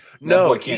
No